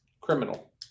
Criminal